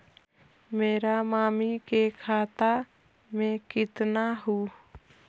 मेरा मामी के खाता में कितना हूउ?